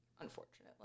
unfortunately